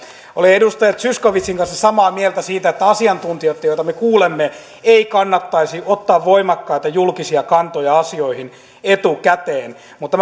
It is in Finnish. olen edustaja zyskowiczin kanssa samaa mieltä siitä että asiantuntijoitten joita me kuulemme ei kannattaisi ottaa voimakkaita julkisia kantoja asioihin etukäteen mutta